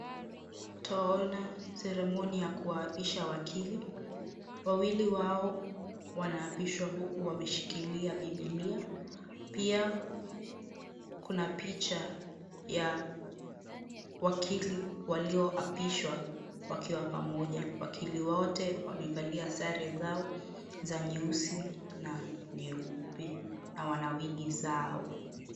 Twaona [ceremony] ya kuwaapisha wakili ,wawili wao wanaapishwa huku wameshikilia bibilia pia kuna picha ya wakili walioapishwa wakiwa pamoja. Wakili wote wamevalia sare zao za nyeusi na nyeupe na wana [wig] zao